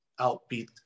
outbeat